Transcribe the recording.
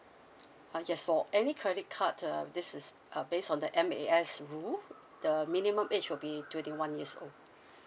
uh yes for any credit card uh this is uh based on the M_A_S rule the minimum age will be twenty one years old